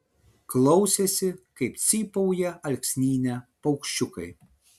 klausėsi kaip cypauja alksnyne paukščiukai